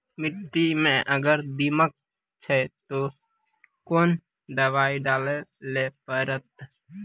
मिट्टी मे अगर दीमक छै ते कोंन दवाई डाले ले परतय?